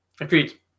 Agreed